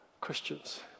Christians